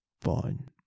Fine